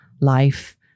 life